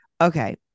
Okay